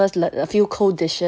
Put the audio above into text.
the first le~ a few cold dishes